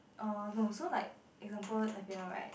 uh no so like example the piano like